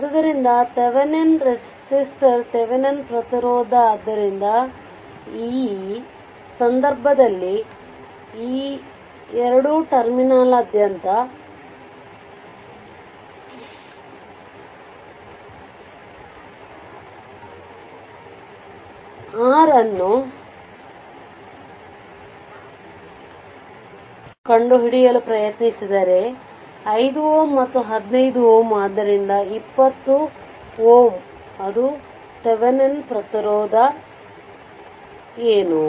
ಆದ್ದರಿಂದ Thevenin resistor Thevenin ಪ್ರತಿರೋಧ ಆದ್ದರಿಂದ ಈ ಸಂದರ್ಭದಲ್ಲಿ ಈ 2 ಟರ್ಮಿನಲ್ನಾದ್ಯಂತ r ಅನ್ನು ಕಂಡುಹಿಡಿಯಲು ಪ್ರಯತ್ನಿಸಿದರೆ ಈ 5 Ω ಮತ್ತು 15 Ω ಆದ್ದರಿಂದ 20 though ಆದರೂ ಥೆವೆನಿನ್ ಪ್ರತಿರೋಧ ಏನು